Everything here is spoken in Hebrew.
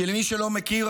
למי שלא מכיר,